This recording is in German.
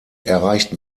erreichten